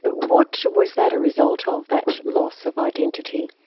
but what was that a result of, that loss of identity?